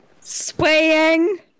swaying